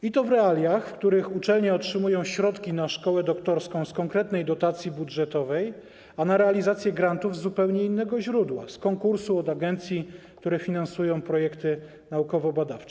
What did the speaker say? I to w realiach, w których uczelnie otrzymują środki na szkołę doktorską z konkretnej dotacji budżetowej, a na realizację grantów z zupełnie innego źródła - z konkursu, od agencji, które finansują projekty naukowo-badawcze.